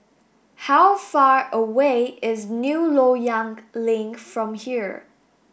how far away is New Loyang Link from here